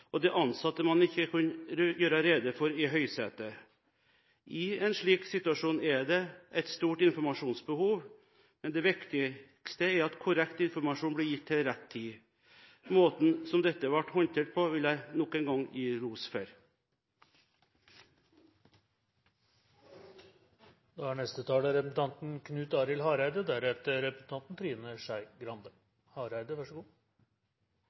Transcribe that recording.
og de ansatte man ikke kunne gjøre rede for. I en slik situasjon er det et stort informasjonsbehov, men det viktigste er at korrekt informasjon blir gitt til rett tid. Måten som dette ble håndtert på, vil jeg nok en gang gi ros